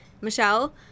Michelle